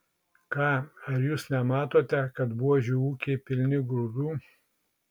ką ar jūs nematote kad buožių ūkiai pilni grūdų